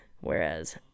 Whereas